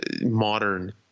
modern